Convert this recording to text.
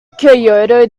kyoto